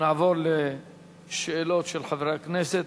נעבור לשאלות של חברי הכנסת.